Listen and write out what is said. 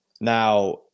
Now